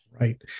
Right